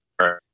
right